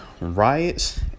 riots